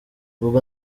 ubwo